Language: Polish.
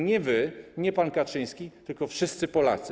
Nie wy, nie pan Kaczyński, tylko wszyscy Polacy.